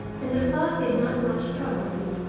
and the thought did not much trouble him.